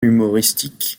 humoristique